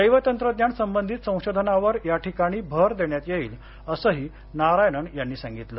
जैवतंत्रज्ञान संबंधित संशोधनावर या ठिकाणी भर देण्यात येईल असंही नारायणन यांनी सांगितलं